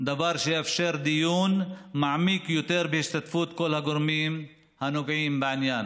דבר שיאפשר דיון מעמיק יותר בהשתתפות כל הגורמים הנוגעים בעניין.